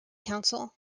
council